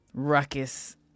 ruckus